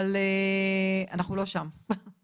אבל אנחנו לא שם בדיון הזה.